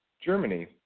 Germany